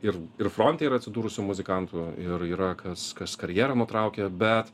ir ir fronte yra atsidūrusių muzikantų ir yra kas kas karjerą nutraukė bet